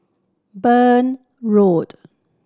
Burn Road